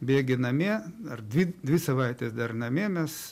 bėgy namie ar dvi dvi savaites dar namie mes